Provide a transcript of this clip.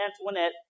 Antoinette